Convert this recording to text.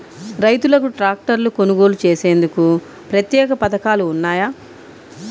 రైతులకు ట్రాక్టర్లు కొనుగోలు చేసేందుకు ప్రత్యేక పథకాలు ఉన్నాయా?